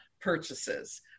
purchases